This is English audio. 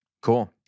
Cool